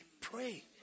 Pray